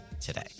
today